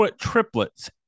triplets